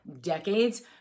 decades